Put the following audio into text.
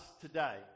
today